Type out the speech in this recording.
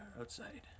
outside